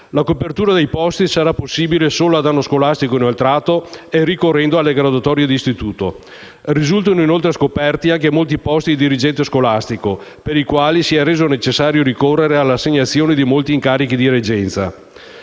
La copertura dei posti sarà possibile solo ad anno scolastico inoltrato e ricorrendo alle graduatorie di istituto. Risultano inoltre scoperti anche molti posti di dirigente scolastico per i quali si è reso necessario ricorrere all'assegnazione di molti incarichi di reggenza.